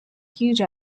huge